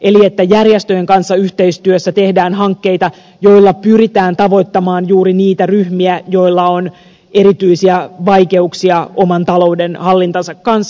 eli järjestöjen kanssa yhteistyössä tehdään hankkeita joilla pyritään tavoittamaan juuri niitä ryhmiä joilla on erityisiä vaikeuksia oman taloudenhallintansa kanssa